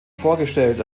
vorgestellt